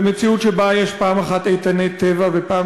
במציאות שבה יש פעם אחת איתני טבע ופעם